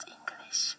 English